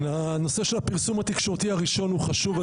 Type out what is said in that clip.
הנושא של הפרסום התקשורתי הראשון הוא חשוב,